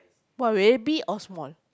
but very big or small